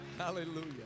Hallelujah